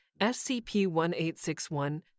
SCP-1861